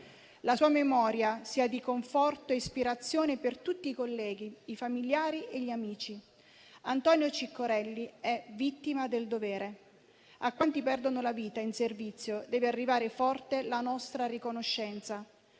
la sua memoria sia di conforto e ispirazione per tutti i colleghi, i familiari e gli amici. Antonio Ciccorelli è vittima del dovere. A quanti perdono la vita in servizio deve arrivare forte la nostra riconoscenza.